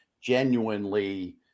genuinely